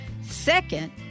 Second